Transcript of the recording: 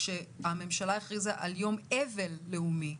כשהממשלה הכריזה על יום אבל לאומי,